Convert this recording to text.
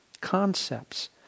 concepts